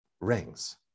rings